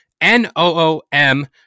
N-O-O-M